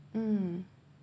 mm